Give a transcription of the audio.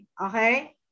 Okay